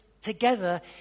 together